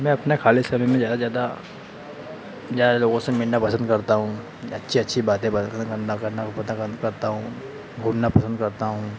मैं अपना खाली समय में ज़्यादा ज़्यादा ज़्यादा लोगों से मिलना पसंद करता हूँ अच्छे अच्छी बातें करना करना ऊ पता करता हूँ घूमना पसंद करता हूँ